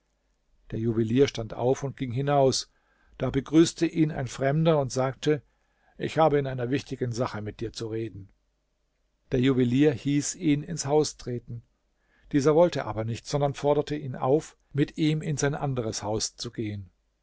der juwelier stand auf und ging hinaus da begrüßte ihn ein fremder und sagte ich habe in einer wichtigen sache mit dir zu reden der juwelier hieß ihn ins haus treten dieser wollte aber nicht sondern forderte ihn auf mit ihm in sein anderes haus zu gehen